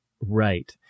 Right